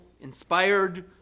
inspired